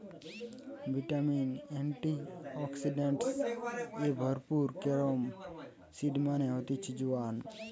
vitamin, antioxidants এ ভরপুর carom seed মানে হতিছে জোয়ান